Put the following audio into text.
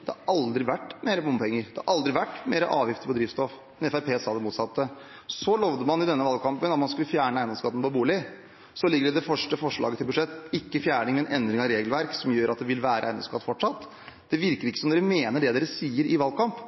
Det har aldri vært mer bompenger, det har aldri vært mer avgifter på drivstoff. Men Fremskrittspartiet sa det motsatte. Så lovet man i denne valgkampen at man skulle fjerne eiendomsskatten på bolig, og så ligger det i det første forslaget til budsjett ikke fjerning, men endring av regelverk, som gjør at det vil være eiendomsskatt fortsatt. Det virker ikke som om dere mener det dere sier i valgkamp.